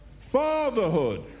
fatherhood